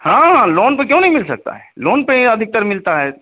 हाँ हाँ लोन पर क्यों नहीं मिल सकता है लोन पर ही अधिकतर मिलता है